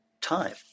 time